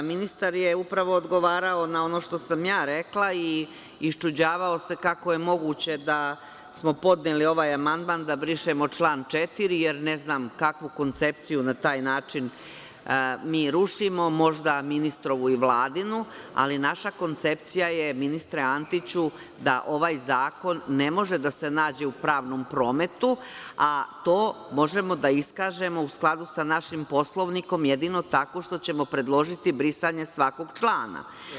Da, ministar je upravo odgovarao na ono što sam ja rekla i iščuđavao se kako je moguće da smo podneli ovaj amandman da brišemo član 4. jer, ne znam, kakvu koncepciju na taj način mi rušimo, možda ministrov i Vladinu, ali naša koncepcija je ministre Antiću da ovaj zakon ne može da se nađe u pravnom prometu, a to možemo da iskažemo u skladu sa našim Poslovnikom, jedino tako što ćemo predložiti brisanje svakog člana.